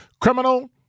criminal